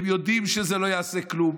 הם יודעים שזה לא יעשה כלום,